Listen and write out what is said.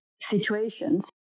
situations